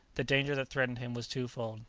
the danger that threatened him was twofold,